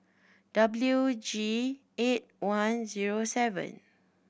W G eight one zero seven